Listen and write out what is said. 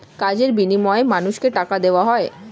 কাজের বিনিময়ে মানুষকে টাকা দেওয়া হয়